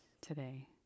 today